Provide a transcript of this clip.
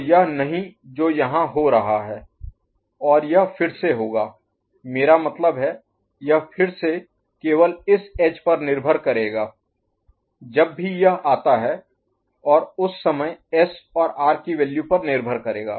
तो यह नहीं जो यहाँ हो रहा है और यह फिर से होगा मेरा मतलब है यह फिर से केवल इस एज पर निर्भर करेगा जब भी यह आता है और उस समय एस और आर की वैल्यू पर निर्भर करेगा